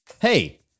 Hey